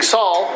Saul